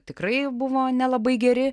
tikrai buvo nelabai geri